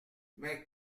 mais